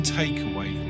takeaway